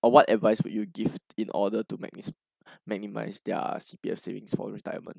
or what advice would you give in order to magni~ maximize their C_P_F savings for retirement